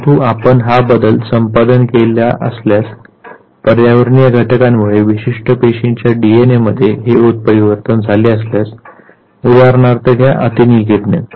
परंतु आपण हा बदल संपादन केलेला असल्यास पर्यावरणीय घटकांमुळे विशिष्ट पेशींच्या डीएनएमध्ये हे उत्परिवर्तन झाले असल्यास उदाहरणार्थ घ्या अतिनील किरणे